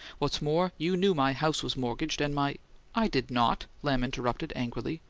what's more, you knew my house was mortgaged, and my i did not, lamb interrupted, angrily.